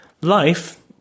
Life